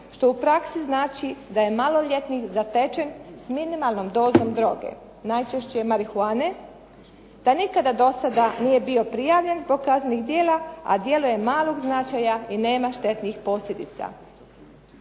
što u praksi znači da je maloljetnih zatečen sa minimalnom dozom droge, najčešće marihuane, da nikada do sada nije bio prijavljen zbog kaznenog djela a djelo je malog značaja i nema štetnih posljedica“.